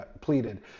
pleaded